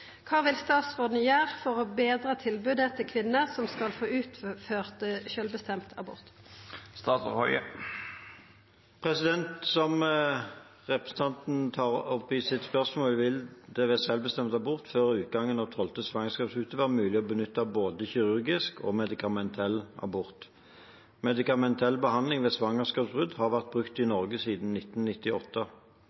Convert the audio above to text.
kvinner som skal få utført selvbestemt abort?» Som representanten Toppe tar opp i sitt spørsmål, vil det ved selvbestemt abort før utgangen av 12. svangerskapsuke være mulig å benytte både kirurgisk og medikamentell abort. Medikamentell behandling ved svangerskapsavbrudd har vært brukt i